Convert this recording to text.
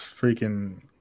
freaking